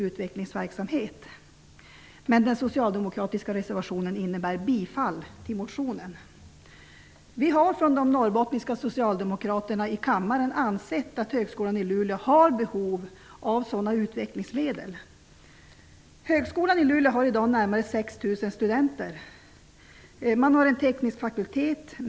Den socialdemokratiska reservationen innebär bifall till motionen. De norrbottniska socialdemokraterna i kammaren har ansett att Högskolan i Luleå har behov av utvecklingsmedel. Högskolan i Luleå har i dag närmare 6 000 studenter. Den har en teknisk fakultet.